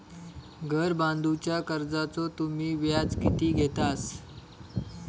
घर बांधूच्या कर्जाचो तुम्ही व्याज किती घेतास?